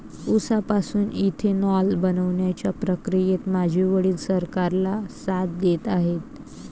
उसापासून इथेनॉल बनवण्याच्या प्रक्रियेत माझे वडील सरकारला साथ देत आहेत